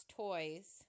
toys